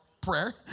prayer